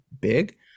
big